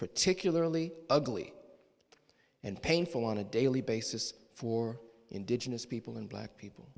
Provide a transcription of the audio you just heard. particularly ugly and painful on a daily basis for indigenous people and black people